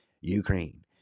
Ukraine